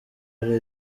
ari